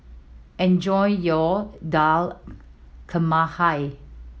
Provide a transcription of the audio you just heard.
enjoy your Dal Makhani